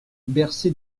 bercé